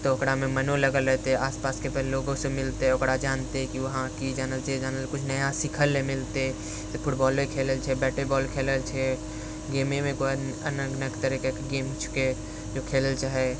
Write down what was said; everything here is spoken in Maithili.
तऽ ओकरामे मनो लागल रहतै आस पासके लोकोसँ मिलतै ओकरा जानतै कि वहाँ कि जानै लए छै जानै लए कुछ नया सिखै लए मिलतै तऽ फुटबॉले खेलै छै बैट बॉले खेलै छै गेमेमे अनेक तरह तरहके गेम छिकै जे खेलैले चाहैय